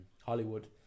Hollywood